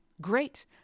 great